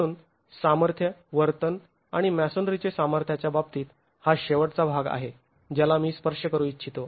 म्हणून सामर्थ्य वर्तन आणि मॅसोनरीचे सामर्थ्याच्या बाबतीत हा शेवटचा भाग आहे ज्याला मी स्पर्श करू इच्छितो